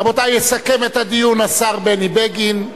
רבותי, יסכם את הדיון השר בני בגין.